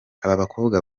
abakobwa